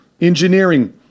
engineering